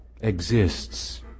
exists